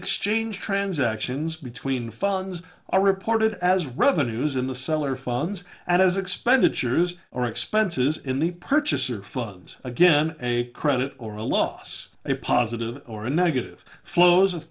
exchange transactions between funds are reported as revenues in the seller funds and as expenditures or expenses in the purchase or funds again a credit or a loss a positive or a negative flows